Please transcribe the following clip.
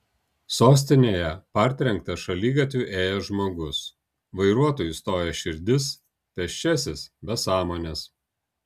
sostinėje partrenktas šaligatviu ėjęs žmogus vairuotojui stoja širdis pėsčiasis be sąmonės